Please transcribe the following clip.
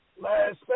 last